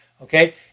Okay